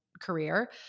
career